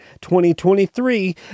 2023